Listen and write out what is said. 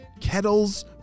Kettle's